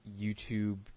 YouTube